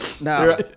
No